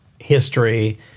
history